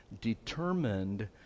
determined